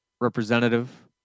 representative